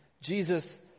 Jesus